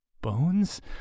bones